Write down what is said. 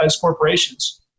corporations